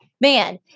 Man